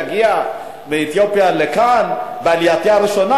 להגיע מאתיופיה לכאן בעלייתי הראשונה,